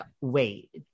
wait